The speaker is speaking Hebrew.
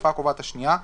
התקופה הקובעת השנייה),